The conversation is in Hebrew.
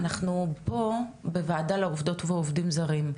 אנחנו פה בוועדות לעובדות ועובדים זרים,